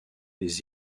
les